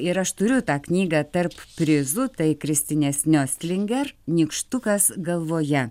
ir aš turiu tą knygą tarp prizų tai kristinės niostlinger nykštukas galvoje